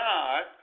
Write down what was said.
God